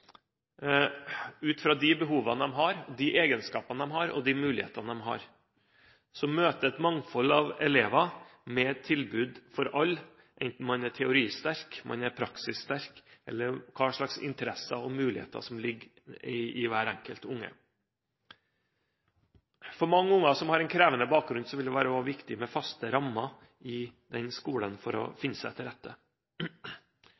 ut fra de behovene, de egenskapene og de mulighetene de har. En god skole møter et mangfold av elever med et tilbud til alle, enten man er teoristerk eller praksissterk – eller hva slags interesser og mulighet som ligger i hvert enkelt barn. For mange barn som har en krevende bakgrunn, vil det også være viktig med faste rammer i den skolen for